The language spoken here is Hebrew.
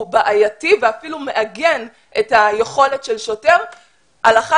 הוא בעייתי ואפילו מעגל את היכולת של שוטר הלכה